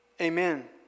Amen